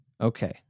Okay